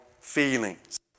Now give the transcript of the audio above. feelings